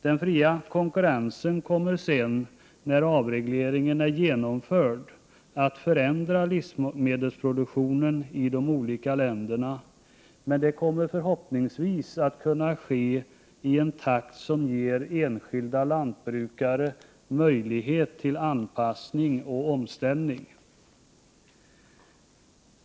Den fria konkurrensen kommer, när avregleringen är genomförd, att förändra livsmedelsproduktionen i de olika länderna, men det kommer förhoppningsvis att kunna ske i en takt som ger enskilda lantbrukare möjlighet till anpassning och omställning.